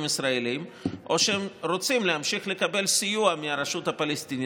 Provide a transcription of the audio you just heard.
ישראלים או שהם רוצים להמשיך לקבל סיוע מהרשות הפלסטינית.